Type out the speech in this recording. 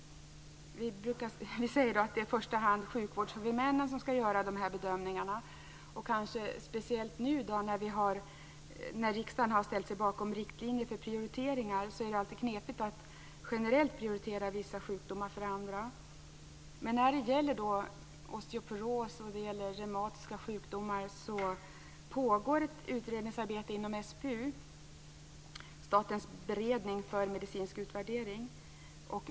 Vi säger att det i första hand är sjukvårdshuvudmännen som skall göra bedömningarna. Speciellt nu när riksdagen har ställt sig bakom riktlinjerna för prioriteringar, är det knepigt att generellt prioritera vissa sjukdomar framför andra. I fråga om osteoporos och reumatiska sjukdomar pågår ett utredningsarbete inom SBU, Statens beredning för medicinsk utvärdering.